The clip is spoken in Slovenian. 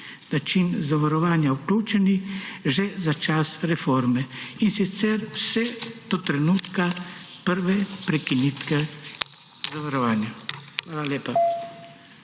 način zavarovanja vključeni že za čas reforme, in sicer vse do trenutka prve prekinitve zavarovanja. Hvala lepa.